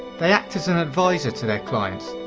they act as an advisor to their client.